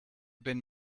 been